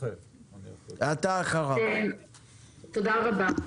תודה רבה.